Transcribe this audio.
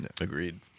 Agreed